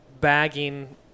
bagging